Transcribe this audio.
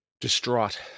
distraught